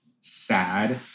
Sad